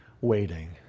waiting